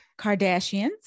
Kardashians